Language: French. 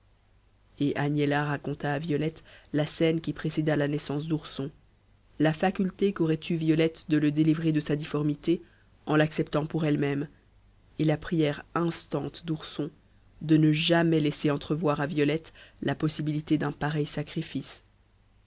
et agnella raconta à violette la scène qui précéda la naissance d'ourson la faculté qu'aurait eue violette de le délivrer de sa difformité en l'acceptant pour elle-même et la prière instante d'ourson de ne jamais laisser entrevoir à violette la possibilité d'un pareil sacrifice